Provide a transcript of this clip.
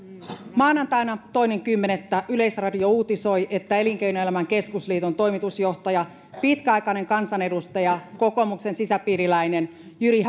maanantaina toinen kymmenettä yleisradio uutisoi että elinkeinoelämän keskusliiton toimitusjohtaja pitkäaikainen kansanedustaja kokoomuksen sisäpiiriläinen jyri